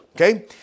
okay